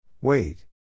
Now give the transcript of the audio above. wait